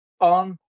on